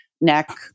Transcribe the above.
neck